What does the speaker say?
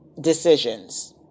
decisions